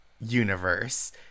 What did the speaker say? universe